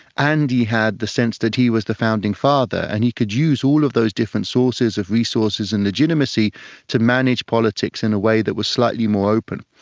and he had the sense that he was the founding father, and he could use all of those different sources of resources and legitimacy to manage politics in a way that was slightly more open.